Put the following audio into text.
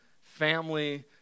family